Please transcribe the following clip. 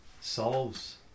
solves